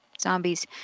Zombies